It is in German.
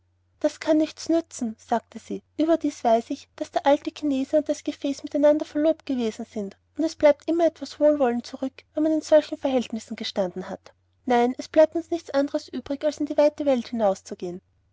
das kann nichts nützen sagte sie überdies weiß ich daß der alte chinese und das gefäß mit einander verlobt gewesen sind und es bleibt immer etwas wohlwollen zurück wenn man in solchen verhältnissen gestanden hat nein es bleibt uns nichts übrig als in die weite welt hinauszugehen